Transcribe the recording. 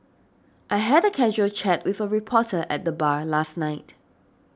I had a casual chat with a reporter at the bar last night